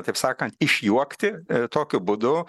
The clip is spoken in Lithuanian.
taip sakant išjuokti tokiu būdu